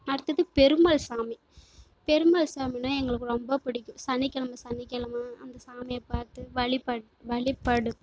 அடுத்தது பெருமாள் சாமி பெருமாள் சாமின்னா எங்களுக்கு ரொம்ப பிடிக்கும் சனிக்கெழமை சனிக்கெழமை அந்த சாமியை பார்த்து வழிபட்டு வழிபாடு பண்ணிவிட்டு